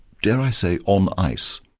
dare i say, on ice.